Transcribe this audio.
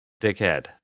dickhead